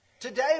Today